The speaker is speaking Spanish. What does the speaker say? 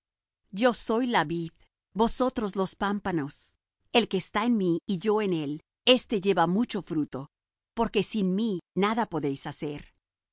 yo soy la vid vosotros los pámpanos el que está en mí y yo en él éste lleva mucho fruto porque sin mí nada podéis hacer